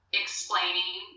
explaining